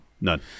None